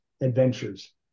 adventures